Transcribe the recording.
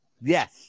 Yes